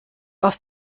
aus